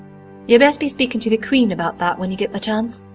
ya best be speakin' to the queen about that when you get the chance.